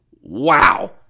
Wow